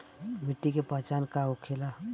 मिट्टी के पहचान का होखे ला?